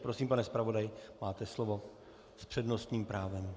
Prosím, pane zpravodaji, máte slovo s přednostním právem.